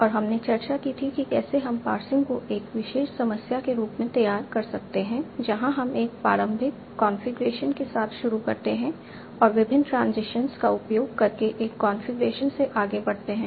और हमने चर्चा की थी कि कैसे हम पार्सिंग को एक विशेष समस्या के रूप में तैयार कर सकते हैं जहां हम एक प्रारंभिक कॉन्फ़िगरेशन के साथ शुरू करते हैं और विभिन्न ट्रांजिशन का उपयोग करके एक कॉन्फ़िगरेशन से आगे बढ़ते हैं